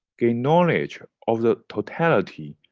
gain knowledge of the totality,